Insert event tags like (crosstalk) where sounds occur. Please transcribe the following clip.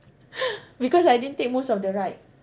(breath) because I didn't take most of the ride